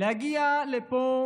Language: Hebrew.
להגיע לפה,